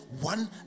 one